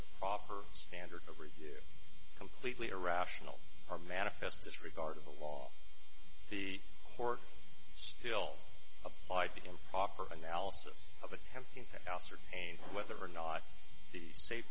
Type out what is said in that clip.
the proper standard to reach completely irrational or manifest disregard of the law the court still applied the improper analysis of attempting to ascertain whether or not the s